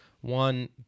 One